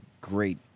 great